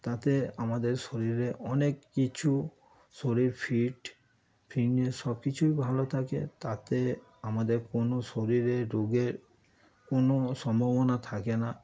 তাতে আমাদের শরীরে অনেক কিছু শরীর ফিট ফিটনেস সব কিছুই ভালো থাকে তাতে আমাদের কোনো শরীরে রোগের কোনো সম্ভাবনা থাকে না